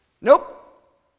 nope